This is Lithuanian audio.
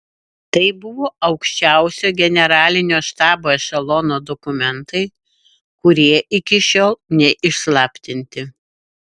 tai buvo aukščiausio generalinio štabo ešelono dokumentai kurie iki šiol neišslaptinti